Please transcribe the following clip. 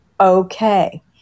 Okay